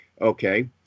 Okay